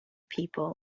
people